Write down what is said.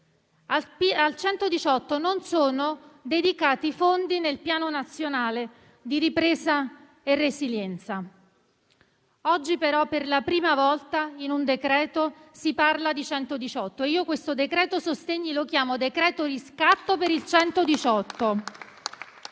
Al 118 non sono dedicati fondi nel Piano nazionale di ripresa e resilienza. Oggi però, per la prima volta, in un decreto-legge si parla di 118 e io il decreto-legge sostegni lo chiamo decreto riscatto per il 118.